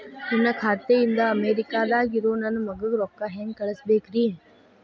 ನನ್ನ ಖಾತೆ ಇಂದ ಅಮೇರಿಕಾದಾಗ್ ಇರೋ ನನ್ನ ಮಗಗ ರೊಕ್ಕ ಹೆಂಗ್ ಕಳಸಬೇಕ್ರಿ?